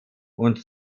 und